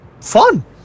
fun